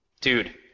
Dude